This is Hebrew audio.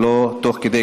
ולא תוך כדי